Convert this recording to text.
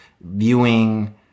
viewing